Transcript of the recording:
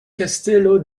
kastelo